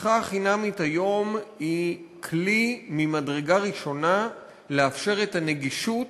השיחה החינמית היום היא כלי ממדרגה ראשונה לאפשר את הנגישות,